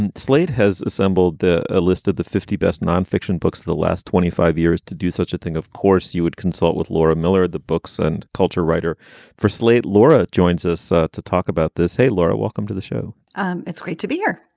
and slate has assembled a ah list of the fifty best non-fiction books of the last twenty five years to do such a thing, of course, you would consult with laura miller, the books and culture writer for slate. laura joins us ah to talk about this. hey, laura, welcome to the show um it's great to be here.